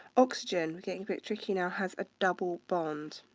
oxygen, we're getting a bit tricky now, has a double bond.